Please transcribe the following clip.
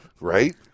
Right